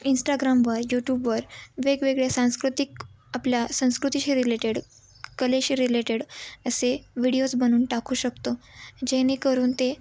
इंस्टाग्रामवर यूट्यूबवर वेगवेगळे सांस्कृतिक आपल्या संस्कृतीशी रिलेटेड कलेशी रिलेटेड असे विडिओज बनून टाकू शकतो जेणेकरून ते